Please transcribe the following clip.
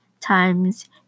times